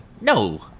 No